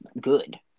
good